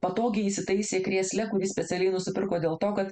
patogiai įsitaisė krėsle kurį specialiai nusipirko dėl to kad